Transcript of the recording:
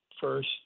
first